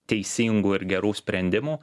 teisingų ir gerų sprendimų